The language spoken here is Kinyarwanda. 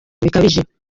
bikabije